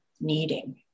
needing